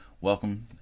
welcome